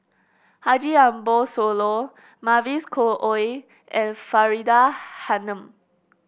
Haji Ambo Sooloh Mavis Khoo Oei and Faridah Hanum